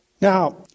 Now